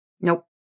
Nope